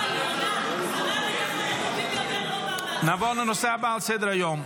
הכנסת, נעבור לנושא הבא על סדר-היום.